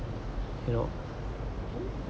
you know